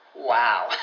Wow